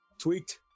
Tweaked